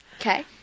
Okay